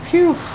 !whew!